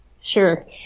Sure